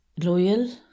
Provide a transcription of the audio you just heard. loyal